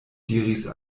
diris